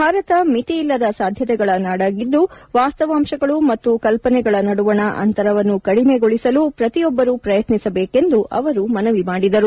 ಭಾರತ ಮಿತಿಇಲ್ಲದ ಸಾಧ್ಯತೆಗಳ ನಾಡಾಗಿದ್ದು ವಾಸ್ತವಾಂಶಗಳು ಮತ್ತು ಕಲ್ಪನೆಗಳ ನಡುವಣ ಅಂತರವನ್ನು ಕಡಿಮೆಗೊಳಿಸಲು ಪ್ರತಿಯೊಬ್ಲರೂ ಪ್ರಯತ್ನಿಸಬೇಕೆಂದು ಅವರು ಮನವಿ ಮಾಡಿದರು